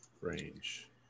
range